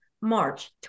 March